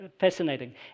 fascinating